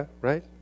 right